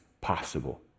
possible